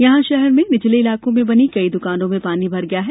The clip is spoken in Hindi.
यहां शहर में निचले इलाकों में बनी कई दुकानों में पानी भर गया है